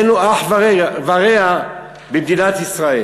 אין לו אח ורע במדינת ישראל.